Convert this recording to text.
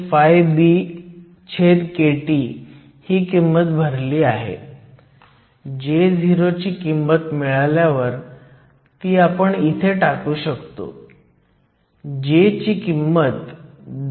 भाग ई मध्ये जेव्हा तुमच्याकडे 5 व्होल्टचा व्होल्टेज असेल तेव्हा आपल्याला रिव्हर्स करंटची गणना करायची आहे